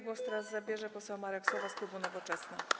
Głos teraz zabierze poseł Marek Sowa z klubu Nowoczesna.